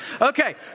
Okay